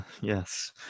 Yes